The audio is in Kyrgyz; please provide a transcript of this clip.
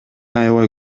аябай